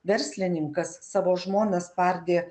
verslininkas savo žmoną spardė